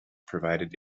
provided